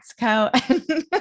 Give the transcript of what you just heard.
Mexico